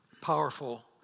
powerful